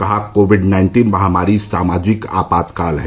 कहा COVID nineteen महामारी सामाजिक आपातकाल है